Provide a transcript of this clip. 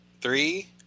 three